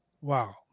Wow